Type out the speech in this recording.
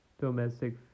Domestic